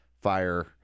fire